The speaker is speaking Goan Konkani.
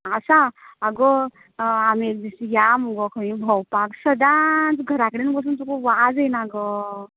आसा आगो आमी एक दीस या मगो खंय भोंवपाक सादांच घरा कडेन बसून तुका वाज येना गो